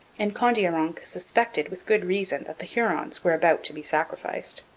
and kondiaronk suspected, with good reason, that the hurons were about to be sacrificed.